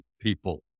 people